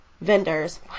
vendors